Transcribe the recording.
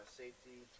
safety